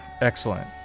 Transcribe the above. excellent